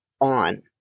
on